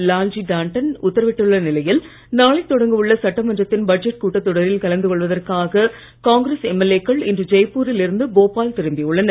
லால்ஜி டாண்டன் உத்தரவிட்டுள்ள நிலையில் நாளை தொடங்க உள்ள சட்டமன்றத்தின் பட்ஜெட் கூட்டத்தொடரில் கலந்து கொள்வதற்காக காங்கிரஸ் எம்எல்ஏ க்கள் இன்று ஜெய்ப்பூரில் இருந்து போபால் திரும்பி உள்ளனர்